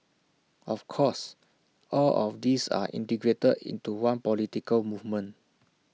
of course all of these are integrated into one political movement